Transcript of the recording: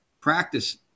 practice